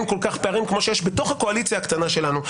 כל כך פערים כמו שיש בתוך הקואליציה הקטנה שלנו.